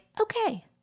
okay